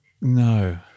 no